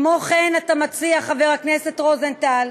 כמו כן, אתה מציע, חבר הכנסת רוזנטל,